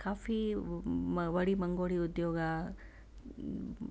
काफ़ी म वड़ी मंगोड़ी उद्योग आहे